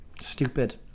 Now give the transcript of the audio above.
stupid